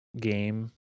game